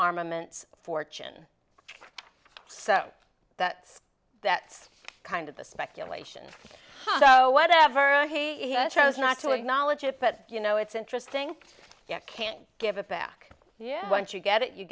armaments fortune so that's that's kind of the speculation whatever he chose not to acknowledge it but you know it's interesting you can't give it back yeah once you get it you